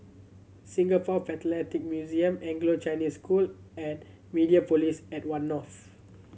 Singapore Philatelic Museum Anglo Chinese School and Mediapolis at One North